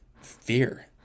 fear